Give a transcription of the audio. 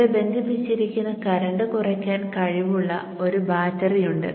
ഇവിടെ ബന്ധിപ്പിച്ചിരിക്കുന്ന കറന്റ് കുറക്കാൻ കഴിവുള്ള ഒരു ബാറ്ററി ഉണ്ട്